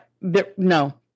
No